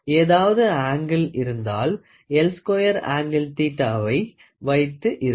ஏதாவது அங்கிள் இருந்தாள் எள் ஸ்குயர் அங்கிள் தீட்டாவை θ வைத்து இருக்கும்